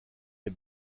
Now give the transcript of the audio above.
est